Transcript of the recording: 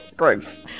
Gross